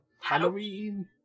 Halloween